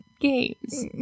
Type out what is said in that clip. games